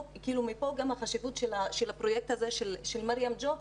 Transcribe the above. מפה החשיבות גם של הפרויקט של 'מרים ג'וי',